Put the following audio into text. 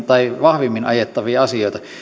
tai vahvimmin ajettavia asioita